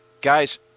guys